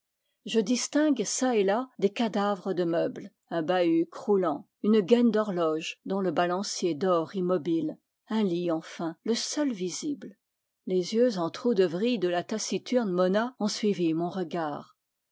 je distingue çà et là des cadavres de meu bles un bahut croulant une gaine d'horloge dont le balan cier dort immobile un lit enfin le seul visible les yeux en trous de vrille de la taciturne monna ont suivi mon regard